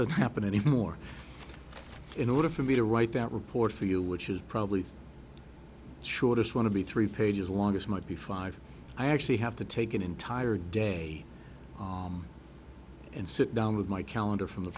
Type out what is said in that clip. doesn't happen anymore in order for me to write that report for you which is probably the shortest want to be three pages long as might be five i actually have to take an entire day and sit down with my calendar from the